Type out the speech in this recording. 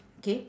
K